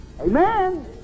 Amen